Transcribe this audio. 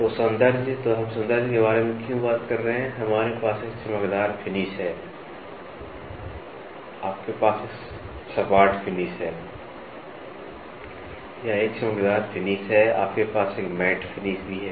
तो सौंदर्य तो हम सौंदर्य के बारे में क्यों बात कर रहे हैं हमारे पास एक चमकदार फिनिश है आपके पास एक सपाट फिनिश है या एक चमकदार फिनिश है आपके पास एक मैट फिनिश भी है